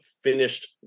finished